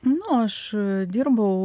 nu aš dirbau